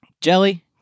Jelly